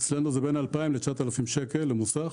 אצלנו זה בין 2,000 ל-9,000 ₪ למוסך